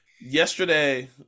yesterday